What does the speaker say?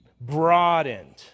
broadened